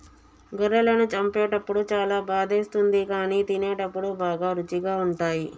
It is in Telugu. గొర్రెలను చంపేటప్పుడు చాలా బాధేస్తుంది కానీ తినేటప్పుడు బాగా రుచిగా ఉంటాయి